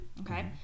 okay